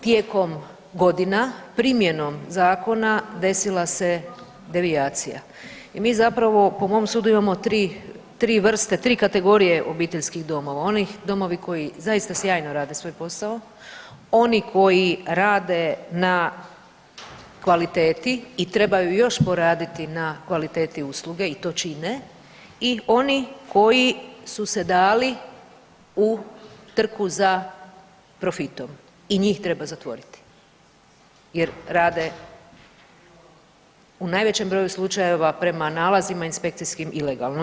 Tijekom godina primjenom zakona desila se devijacija i mi zapravo po mom sudu imamo tri vrste, tri kategorija obiteljskih domova, onih domova koji zaista sjajno rade svoj posao, oni koji rade na kvaliteti i trebaju još poraditi na kvaliteti usluge i to čine i oni koji su se dali u trku za profitom i njih treba zatvoriti jer rade u najvećem broju slučajeva prama nalazima inspekcijskim ilegalno.